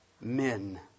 men